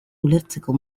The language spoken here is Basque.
ulertzeko